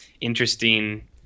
interesting